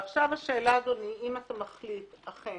עכשיו, אדוני, השאלה, אם אתה מחליט אכן